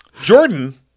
Jordan